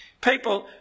people